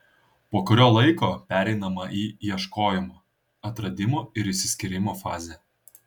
po kurio laiko pereinama į ieškojimo atradimo ir išsiskyrimo fazę